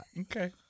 Okay